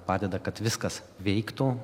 padeda kad viskas veiktų